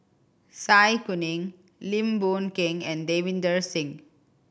Zai Kuning Lim Boon Keng and Davinder Singh